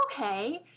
okay